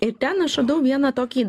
ir ten aš radau vieną tokį